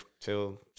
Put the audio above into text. till